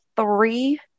Three